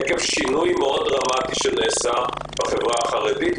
עקב שינוי דרמטי מאוד שנעשה בחברה החרדית,